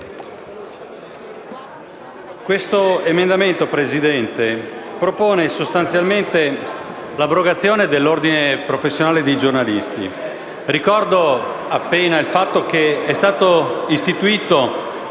Presidente, questo emendamento propone sostanzialmente l'abrogazione dell'ordine professionale dei giornalisti. Ricordo appena il fatto che è stato istituito